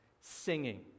singing